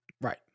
Right